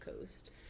Coast